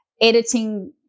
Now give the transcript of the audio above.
editing